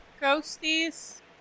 ghosties